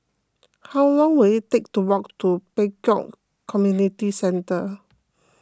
how long will it take to walk to Pek Kio Community Centre